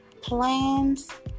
plans